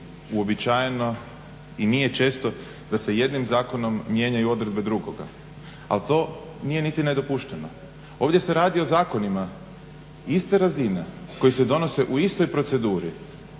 uobičajeno i nije često da se jednim zakonom mijenjaju odredbe drugoga, ali to nije niti nedopušteno. Ovdje se radi o zakonima iste razine koji se donose u istoj proceduri